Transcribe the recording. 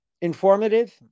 informative